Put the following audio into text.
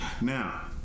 Now